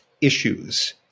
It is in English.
issues